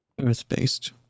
earth-based